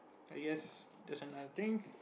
I guess that's another thing